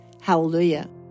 hallelujah